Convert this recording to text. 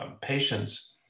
patients